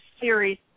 series